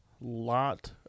lot